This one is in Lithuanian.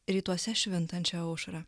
rytuose švintančią aušrą